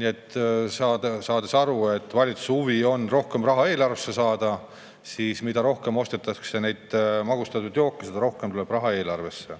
Saades aru, et valitsuse huvi on rohkem raha eelarvesse saada, [on selge,] et mida rohkem ostetakse neid magustatud jooke, seda rohkem tuleb raha eelarvesse.